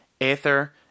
Aether